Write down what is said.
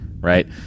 Right